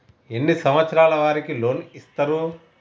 ఎన్ని సంవత్సరాల వారికి లోన్ ఇస్తరు?